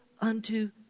unto